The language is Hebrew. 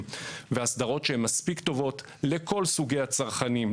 ואסדרות שהן מספיק טובות לכל סוגי הצרכנים,